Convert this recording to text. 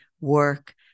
work